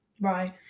Right